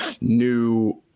new